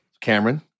Cameron